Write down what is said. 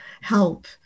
help